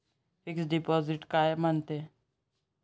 Fix deposit कायले म्हनते?